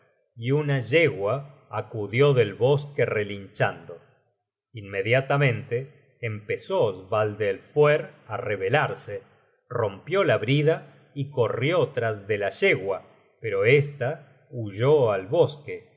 y una yegua acudió del bosque relinchando inmediatamente empezó svadelfoere á rebelarse rompió la brida y corrió tras de la yegua pero esta huyó al bosque y